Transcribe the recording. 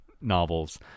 novels